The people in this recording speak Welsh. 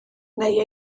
neu